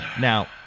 Now